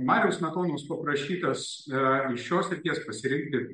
mariaus smetonos paprašytas iš šios srities pasirinkti